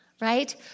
right